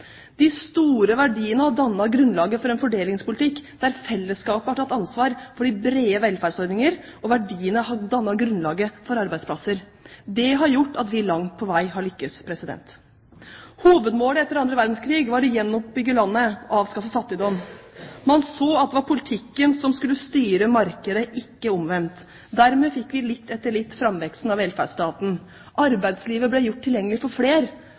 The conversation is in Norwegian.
De store verdiene har dannet grunnlaget for en fordelingspolitikk der fellesskapet har tatt ansvar for brede velferdsordninger, og verdiene har dannet grunnlaget for arbeidsplasser. Det har gjort at vi langt på vei har lyktes. Hovedmålet etter andre verdenskrig var å gjenoppbygge landet og avskaffe fattigdom. Man så at det var politikken som skulle styre markedet – ikke omvendt. Dermed fikk vi litt etter litt framveksten av velferdsstaten. Arbeidslivet ble gjort tilgjengelig for flere,